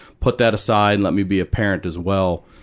put that aside and let me be a parent as well.